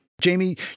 Jamie